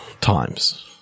times